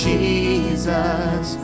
Jesus